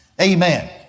Amen